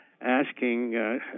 asking